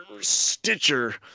Stitcher